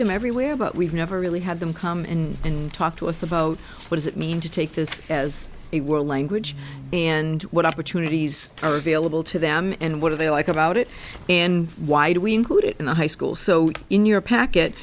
them everywhere but we've never really had them come in and talk to us about what does it mean to take this as a world language and what opportunities are available to them and what are they like about it and why do we include it in the high school so in your packet